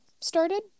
started